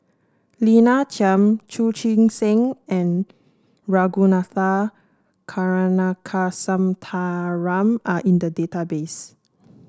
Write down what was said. Lina Chiam Chu Chee Seng and Ragunathar Kanagasuntheram are in the database